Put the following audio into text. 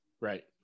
Right